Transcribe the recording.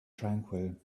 tranquil